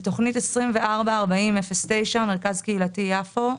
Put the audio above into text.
בתוכנית 244009 מרכז קהילתי יפו,